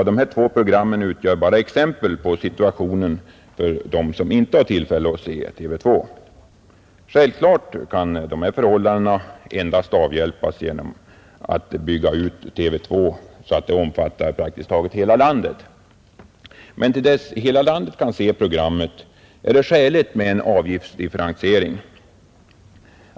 Dessa två program utgör endast exempel på situationen för dem som inte har tillfälle att se TV 2. Självklart kan dessa förhållanden endast avhjälpas genom att TV 2 utbyggs att omfatta praktiskt taget hela landet, men till dess hela landet kan se båda programmen är det skäligt med avgiftsdifferentiering.